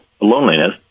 loneliness